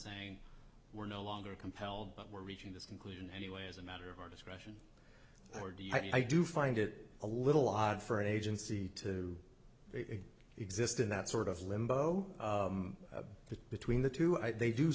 saying we're no longer compelled but we're reaching this conclusion anyway as a matter of our discretion or do you i do find it a little odd for an agency to exist in that sort of limbo between the two i they do